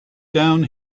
down